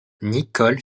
nicol